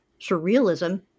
Surrealism